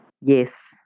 Yes